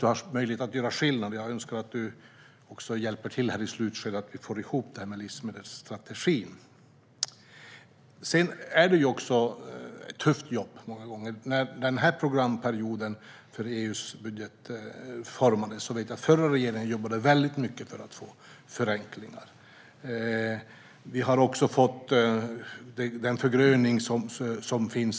Du har haft möjlighet att göra skillnad, och jag önskar att du hjälper till här i slutskedet så att vi får ihop livsmedelsstrategin. Det är ett tufft jobb många gånger. Den förra regeringen jobbade mycket för att få till förenklingar när denna programperiod för EU:s budget utformades. Vi har fått en förgröning.